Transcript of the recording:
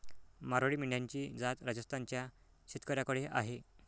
मारवाडी मेंढ्यांची जात राजस्थान च्या शेतकऱ्याकडे आहे